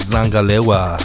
Zangalewa